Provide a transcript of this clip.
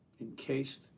encased